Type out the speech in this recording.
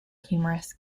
humorous